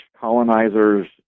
colonizers